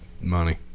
money